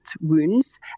wounds